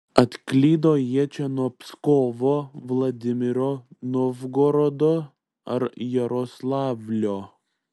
atklydo jie čia nuo pskovo vladimiro novgorodo ar jaroslavlio